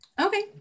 Okay